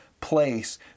place